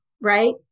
right